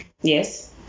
Yes